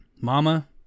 mama